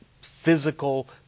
physical